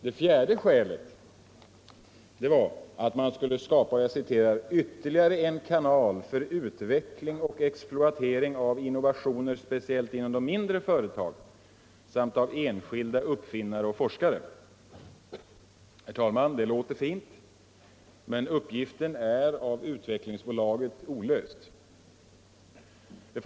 Det fjärde skälet var att skapa ”ytterligare en kanal för utveckling och exploatering av innovationer speciellt inom mindre företag samt av enskilda uppfinnare och forskare”. Det låter fint men uppgiften är av Utvecklingsbolaget olöst.